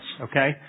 okay